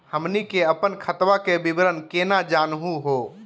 हमनी के अपन खतवा के विवरण केना जानहु हो?